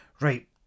right